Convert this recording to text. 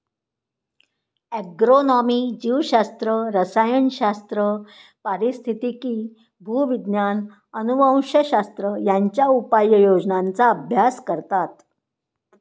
agronomy जीवशास्त्र, रसायनशास्त्र, पारिस्थितिकी, भूविज्ञान, अनुवंशशास्त्र यांच्या उपयोजनांचा अभ्यास करतात